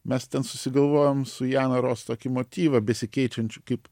mes ten susigalvojom su jana ros tokį motyvą besikeičiančių kaip